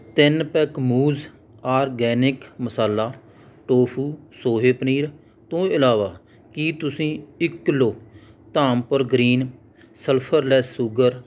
ਤਿੰਨ ਪੈਕ ਮੂਜ਼ organic masala tofu soy paneer ਤੋਂ ਇਲਾਵਾ ਕੀ ਤੁਸੀਂ ਇੱਕ kilo Dhampur green sulphurless sugar